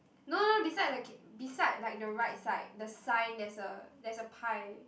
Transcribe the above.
no no beside the k~ beside like the right side the sign there's a there's a pie